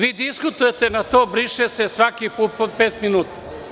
Vi diskutujete na to - briše se; svaki put po pet minuta.